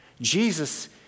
Jesus